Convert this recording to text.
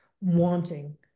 wanting